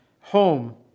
home